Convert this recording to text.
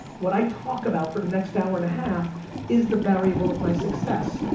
what i talk about for the next hour and a half is the burial of my success.